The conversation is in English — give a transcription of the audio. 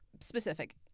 specific